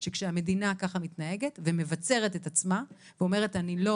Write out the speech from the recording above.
שכשהמדינה ככה מתנהגת ומבצרת את עצמה ואומרת אני לא